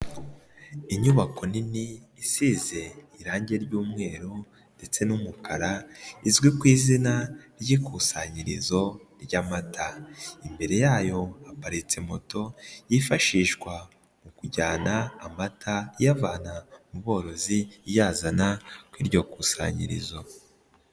Inyubako nini isize irangi ry'umweru ndetse n'umukara izwi ku izina ry'ikusanyirizo ry'amata, imbere yayo haparitse moto yifashishwa mu kujyana amata iyavana mu borozi iyazana kuri iryo kusanyirizo.